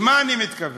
למה אני מתכוון?